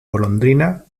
golondrina